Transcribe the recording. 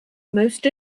most